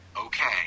Okay